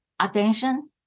attention